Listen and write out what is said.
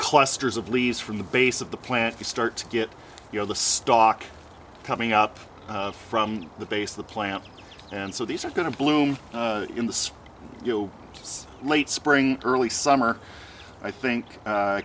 clusters of leaves from the base of the plant you start to get you know the stock coming up from the base of the plant and so these are going to bloom in the spring late spring early summer i think